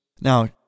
Now